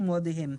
ומועדיהם.